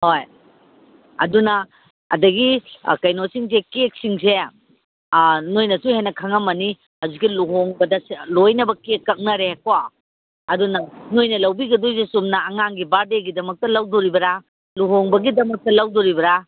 ꯍꯣꯏ ꯑꯗꯨꯅ ꯑꯗꯒꯤ ꯀꯩꯅꯣꯁꯤꯡꯁꯦ ꯀꯦꯛꯁꯤꯡꯁꯦ ꯅꯣꯏꯅꯁꯨ ꯍꯦꯟꯅ ꯈꯪꯉꯝꯃꯅꯤ ꯍꯧꯖꯤꯛꯀꯤ ꯂꯨꯍꯣꯡꯕꯗ ꯂꯣꯏꯅꯃꯛ ꯀꯦꯛ ꯀꯛꯅꯔꯦꯀꯣ ꯑꯗꯨꯅ ꯅꯣꯏꯅ ꯂꯧꯕꯤꯒꯗꯣꯏꯁꯦ ꯆꯨꯝꯅ ꯑꯉꯥꯡꯒꯤ ꯕꯥꯔꯠꯗꯦꯒꯤꯗꯃꯛꯇ ꯂꯧꯗꯣꯔꯤꯕꯔꯥ ꯂꯨꯍꯣꯡꯕꯒꯤꯗꯃꯛꯇ ꯂꯧꯗꯣꯔꯤꯕ꯭ꯔꯥ